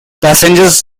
passengers